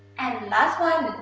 and last one,